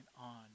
on